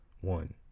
One